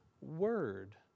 word